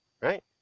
Right